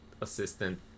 assistant